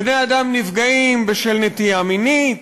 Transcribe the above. בני-אדם נפגעים בשל נטייה מינית,